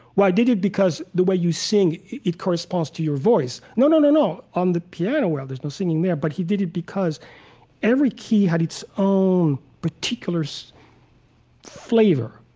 well i did it because the way you sing it corresponds to your voice. no, no, no, no. on the piano, well, there's no singing there, but he did it because every key had its own particular so flavor,